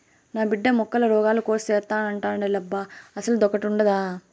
నా బిడ్డ మొక్కల రోగాల కోర్సు సేత్తానంటాండేలబ్బా అసలదొకటుండాదా